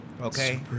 Okay